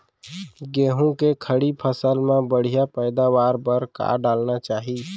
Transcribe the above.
गेहूँ के खड़ी फसल मा बढ़िया पैदावार बर का डालना चाही?